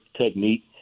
technique